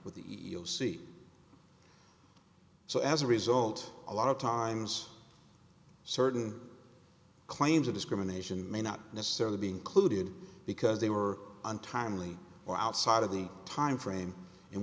with the e e o c so as a result a lot of times certain claims of discrimination may not necessarily be included because they were untimely or outside of the time frame in